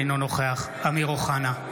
אינו נוכח אמיר אוחנה,